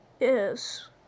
Yes